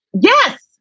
Yes